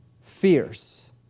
fierce